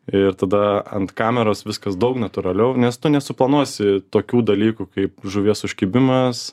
ir tada ant kameros viskas daug natūraliau nes tu nesuplanuosi tokių dalykų kaip žuvies užkibimas